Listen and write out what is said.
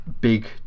big